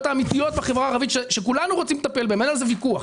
האמיתיות בחברה הערבית שכולנו רוצים לטפל בהן ואין על זה ויכוח.